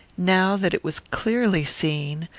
now that it was clearly seen,